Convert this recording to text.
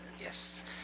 Yes